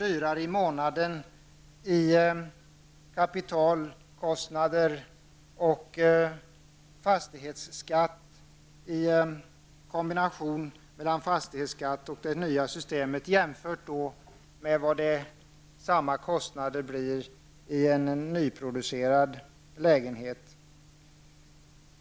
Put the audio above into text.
dyrare i månaden i kapitalkostnader i kombination med fastighetsskatt jämfört med kostnaden för en nyproducerad lägenhet.